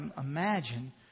imagine